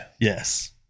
Yes